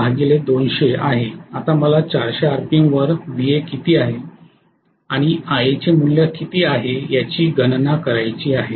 आता मला 400 आरपीएम वर Va किती आहे आणि Ia चे मूल्य किती आहे याची गणना करायची आहे